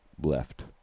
left